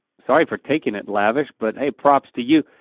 sorry for taking it, lavish, but hey props to you.